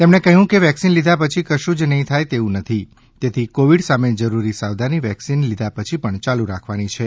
તેમણે કહ્યું કે વેક્સિન લીધા પછી કશું જ નહીં થાય તેવું નથી તેથી કોવિડ સામે જરૂરી સાવધાની વેક્સિન લીધા પછી પણ ચાલુ રાખવાની છે